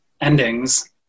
endings